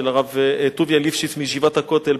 של הרב טוביה ליפשיץ מישיבת הכותל,